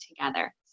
together